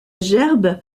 gerbe